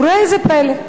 וראה איזה פלא,